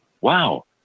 wow